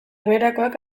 beherakoak